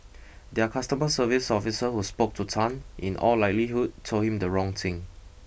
their customer service officer who spoke to Tan in all likelihood told him the wrong thing